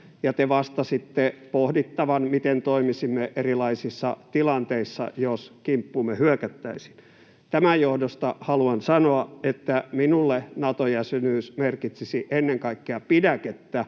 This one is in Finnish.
ja te vastasitte pohdittavan, miten toimisimme erilaisissa tilanteissa, jos kimppuumme hyökättäisiin. Tämän johdosta haluan sanoa, että minulle Nato-jäsenyys merkitsisi ennen kaikkea pidäkettä,